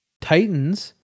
Titans